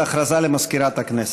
הודעה למזכירת הכנסת.